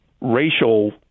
racial